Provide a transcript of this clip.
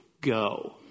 Go